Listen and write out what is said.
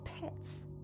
pets